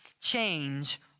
change